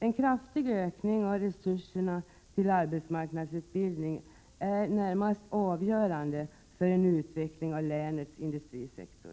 En kraftig ökning av resurserna till arbetsmarknadsutbildning är närmast avgörande för en utveckling av länets industrisektor.